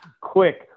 quick